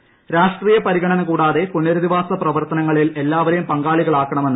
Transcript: പ രാഷ്ട്രീയ പരിഗണന കൂടാതെ പുനരധിവാസ പ്രവർത്തനങ്ങളിൽ എല്ലാവരെയും പങ്കാളികളാക്കണമെന്ന് ശ്രീ